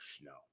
No